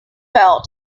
fell